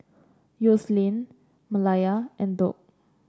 Yoselin Malaya and Doug